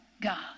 God